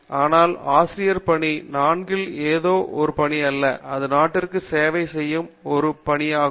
ஆனால் ஆசிரியர் பணி 4 கில் எதோ ஒரு பணி அல்ல அது நாட்டிற்கு சேவை செய்யும் முதல் பணியாகும்